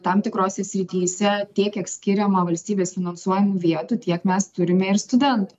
tam tikrose srityse tiek kiek skiriama valstybės finansuojamų vietų tiek mes turime ir studentų